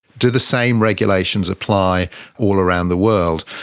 do the same regulations apply all around the world?